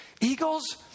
Eagles